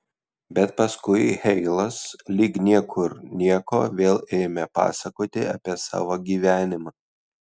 bet paskui heilas lyg niekur nieko vėl ėmė pasakoti apie savo gyvenimą